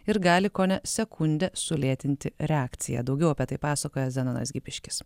ir gali kone sekunde sulėtinti reakciją daugiau apie tai pasakoja zenonas gipiškis